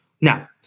Now